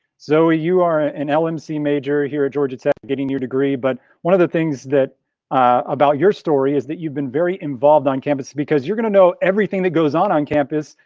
so ah you are an lmc major here at georgia tech, getting your degree but one of the things about your story is that you've been very involved on campus because you're gonna know everything that goes on on campus.